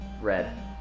Red